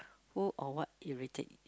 old or what irritate